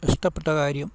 ഇഷ്ടപ്പെട്ട കാര്യം